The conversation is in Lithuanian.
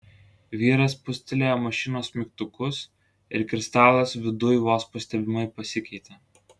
vyras spustelėjo mašinos mygtukus ir kristalas viduj vos pastebimai pasikeitė